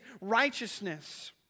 righteousness